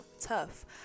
tough